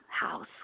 house